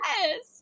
Yes